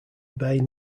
bay